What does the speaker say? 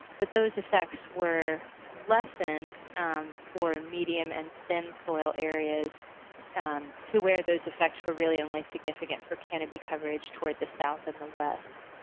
but those effects were lessened for medium and thin soil areas and to where those effects were really only significant for canopy coverage toward the south and the west.